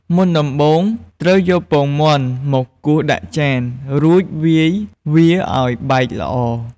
មុនដំបូងត្រូវយកពងមាន់មកគោះដាក់ចាន រួចវាយវាឱ្យបែកល្អ។